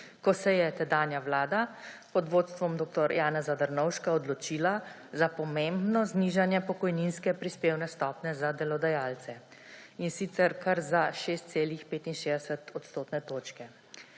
ko se je tedanja vlada pod vodstvom dr. Janeza Drnovška odločila za pomembno znižanje pokojninske prispevne stopnje za delodajalce, in sicer kar za 6,65 odstotne točke.